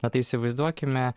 na tai įsivaizduokime